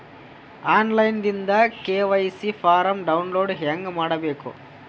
On line ದಿಂದ KYC form download ಹೇಂಗ ಮಾಡಬೇಕು?